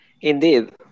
Indeed